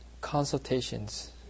consultations